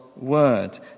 word